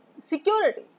security